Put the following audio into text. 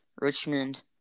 Richmond